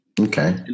Okay